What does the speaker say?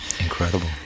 Incredible